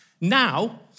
Now